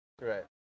right